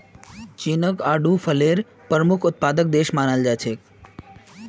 चीनक आडू फलेर प्रमुख उत्पादक देश मानाल जा छेक